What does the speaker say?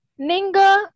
Ninga